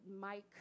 Mike